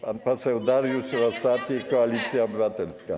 Pan poseł Dariusz Rosati, Koalicja Obywatelska.